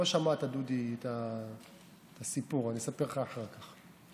לא שמעת, דודי, את הסיפור אני אספר לך אחר כך.